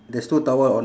there's two towel on